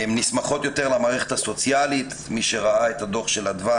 נסמכות יותר על המערכת הסוציאלית מי שראה את הדוח של אדווה,